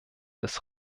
des